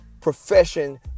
profession